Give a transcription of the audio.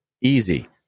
easy